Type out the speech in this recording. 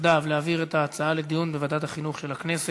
יחדיו להעביר את ההצעה לדיון בוועדת החינוך של הכנסת.